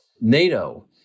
NATO